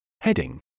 Heading